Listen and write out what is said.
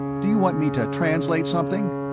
do you want me to translate something?